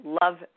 love